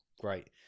great